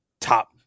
top